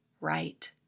right